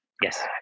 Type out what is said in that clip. Yes